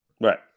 Right